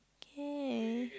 okay